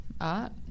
art